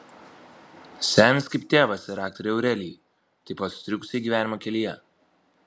senis kaip tėvas ir aktorei aurelijai taip pat sutrikusiai gyvenimo kelyje